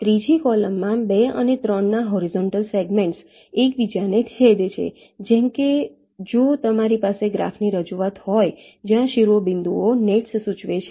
ત્રીજી કૉલમમાં 2 અને 3 ના હોરીઝોન્ટલ સેગમેન્ટ્સ એકબીજાને છેદે છે જેમ કે જો તમારી પાસે ગ્રાફની રજૂઆત હોય જ્યાં શિરોબિંદુઓ નેટ્સ સૂચવે છે